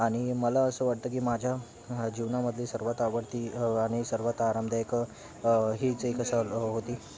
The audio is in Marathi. आणि मला असं वाटतं की माझ्या जीवनामधली सर्वात आवडती आणि सर्वात आरामदायक हीच एक सहल होती